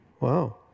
Wow